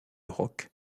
roque